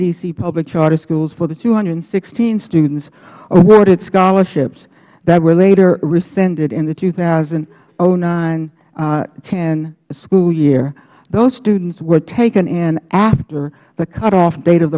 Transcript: public charter schools for the two hundred and sixteen students awarded scholarships that were later rescinded in the two thousand and nine ten school year those students were taken in after the cutoff date of